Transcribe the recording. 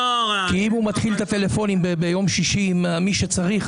כי אם הוא מתחיל את הטלפונים ביום שישי עם מי שצריך,